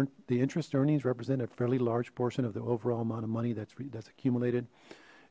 earn the interest earnings represent a fairly large portion of the overall amount of money that's read that's accumulated